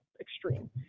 extreme